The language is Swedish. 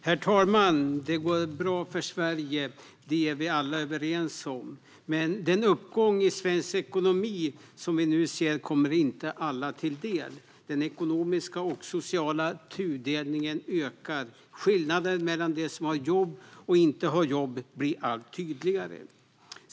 Herr talman! Det går bra för Sverige - det är vi alla överens om. Men den uppgång i svensk ekonomi som vi nu ser kommer inte alla till del. Den ekonomiska och sociala tudelningen ökar. Skillnader mellan dem som har jobb och dem som inte har jobb blir allt tydligare.